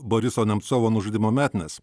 boriso nemcovo nužudymo metines